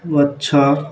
ଗଛ